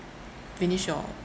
finish your